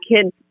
kids